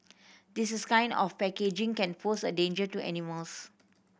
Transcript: this is kind of packaging can pose a danger to animals